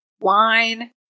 wine